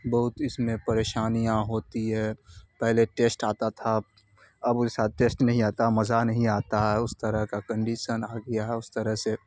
بہت اس میں پریشانیاں ہوتی ہے پہلے ٹیشٹ آتا تھا اب ویسا ٹیسٹ نہیں آتا مزہ نہیں آتا ہے اس طرح کا کنڈیسن آ گیا ہے اس طرح سے